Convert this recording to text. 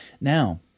Now